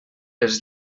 els